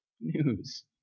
news